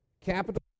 capital